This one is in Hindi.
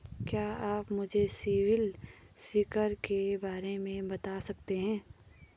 क्या आप मुझे सिबिल स्कोर के बारे में बता सकते हैं?